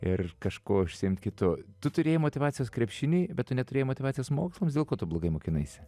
ir kažkuo užsiimt kitu tu turėjai motyvacijos krepšiniui bet tu neturėjai motyvacijos mokslams dėl ko tu blogai mokinaisi